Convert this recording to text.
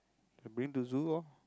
bring to the zoo lor